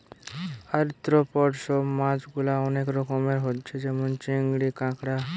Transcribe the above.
arthropod সব মাছ গুলা অনেক রকমের হচ্ছে যেমন চিংড়ি, কাঁকড়া